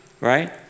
Right